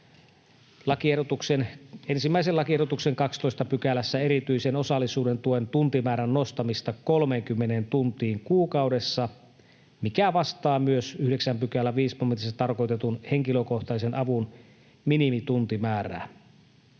ehdottaa 1. lakiehdotuksen 12 §:ssä erityisen osallisuuden tuen tuntimäärän nostamista 30 tuntiin kuukaudessa, mikä vastaa myös 9 §:n 5 momentissa tarkoitetun henkilökohtaisen avun minimituntimäärää.